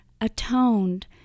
atoned